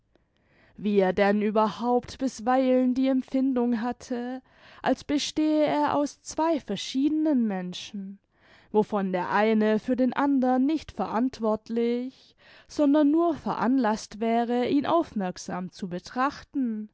wie er denn überhaupt bisweilen die empfindung hatte als bestehe er aus zwei verschiedenen menschen wovon der eine für den andern nicht verantwortlich sondern nur veranlaßt wäre ihn aufmerksam zu betrachten